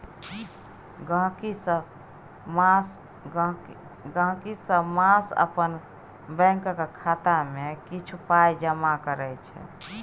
गहिंकी सब मास अपन बैंकक खाता मे किछ पाइ जमा करै छै